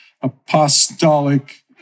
apostolic